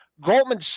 Goldman